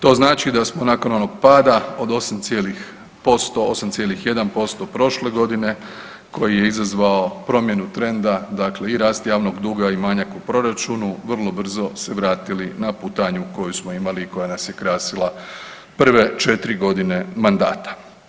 To znači da smo nakon onog pada od 8 cijelih posto, 8,1% prošle godine, koji je izazvao promjenu trenda, dakle i rast javnog duga i manjak u proračunu, vrlo brzo se vratili na putanju koju smo imali i koja nas je krasila prve 4 godine mandata.